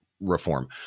reform